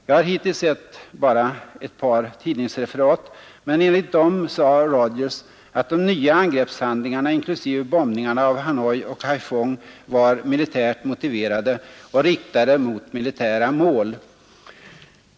Jag har hittills endast sett ett par tidningsreferat, men enligt dem sade Rogers att de nya angreppshandlingarna, inklusive bombningarna av Hanoi och Haiphong, var militärt motiverade och riktade mot militära mål.